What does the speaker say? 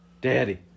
Daddy